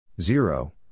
Zero